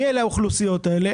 מי אלה האוכלוסיות האלה?